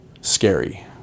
scary